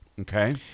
Okay